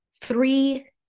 Three